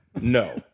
No